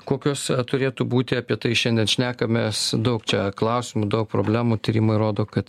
kokios turėtų būti apie tai šiandien šnekamės daug čia klausimų daug problemų tyrimai rodo kad